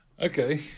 Okay